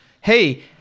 hey